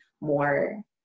more